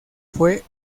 fue